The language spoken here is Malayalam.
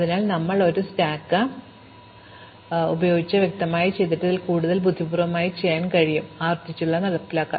അതിനാൽ ഞങ്ങൾ ഒരു സ്റ്റാക്ക് ഉപയോഗിച്ച് വ്യക്തമായി ചെയ്തത് കൂടുതൽ ബുദ്ധിപൂർവ്വം ചെയ്യാൻ കഴിയും ഞങ്ങൾ ആവർത്തിച്ചുള്ളത് നടപ്പിലാക്കി